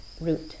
root